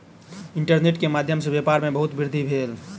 internet के माध्यम सॅ व्यापार में बहुत वृद्धि भेल